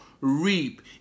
reap